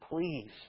please